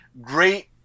great